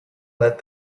let